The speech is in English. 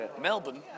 Melbourne